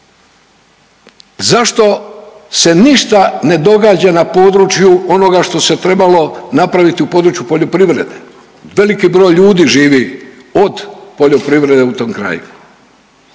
zašto se ništa ne događa na području onoga što se trebalo napraviti u području poljoprivrede, veliki broj ljudi živi od poljoprivrede u tom kraju.